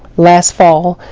last fall,